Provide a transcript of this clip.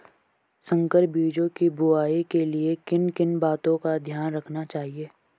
संकर बीजों की बुआई के लिए किन किन बातों का ध्यान रखना चाहिए?